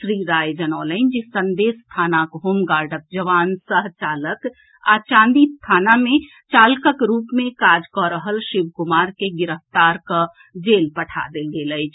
श्री राय जनौलनि जे संदेश थानाक होमगार्डक जवान सह चालक आ चांदी थाना मे चालककक रूप मे काज कऽ रहल शिव कुमार के गिरफ्तार कऽ जेल पठा देल गेल अछि